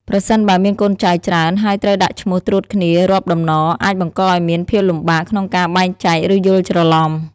ប្រសិនបើមានកូនចៅច្រើន ហើយត្រូវដាក់ឈ្មោះត្រួតគ្នារាប់តំណ អាចបង្កឱ្យមានភាពលំបាកក្នុងការបែងចែក ឬយល់ច្រឡំ។